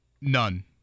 None